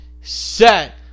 set